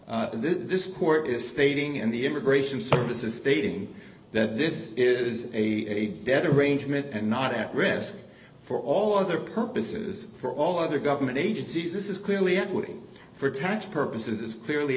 this court is stating in the immigration services stating that this is a debt arrangement and not at risk for all other purposes for all other government agencies this is clearly equity for tax purposes clearly